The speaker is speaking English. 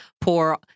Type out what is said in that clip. Poor